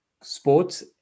sports